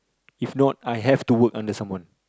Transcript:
if not I have to work under someone